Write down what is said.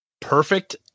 Perfect